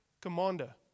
commander